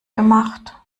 gemacht